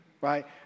right